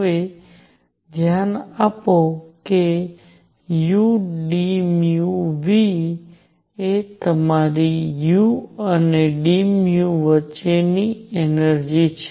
હવે ધ્યાન આપો કે udνV એ તમારી u અને d વચ્ચેની એનર્જી છે